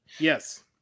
Yes